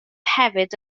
hefyd